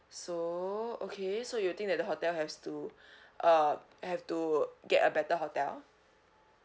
so okay so you think that the hotel has to uh have to get a better hotel